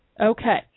okay